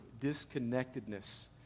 disconnectedness